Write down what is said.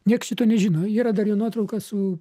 nieks šito nežino yra dar jo nuotrauka su